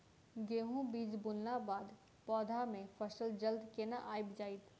गेंहूँ बीज बुनला बाद पौधा मे फसल जल्दी केना आबि जाइत?